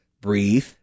Breathe